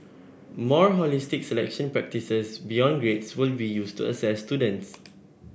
more holistic selection practices beyond grades will be used to assess students